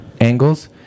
angles